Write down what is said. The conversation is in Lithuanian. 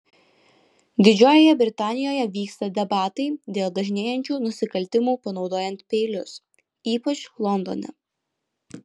didžiojoje britanijoje vyksta debatai dėl dažnėjančių nusikaltimų panaudojant peilius ypač londone